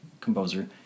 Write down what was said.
composer